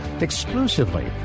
exclusively